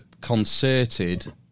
concerted